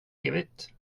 evigt